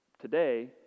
today